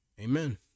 amen